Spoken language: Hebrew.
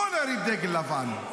לא נרים דגל לבן.